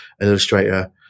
illustrator